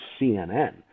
CNN